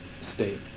state